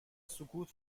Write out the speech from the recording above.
سکوت